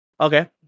okay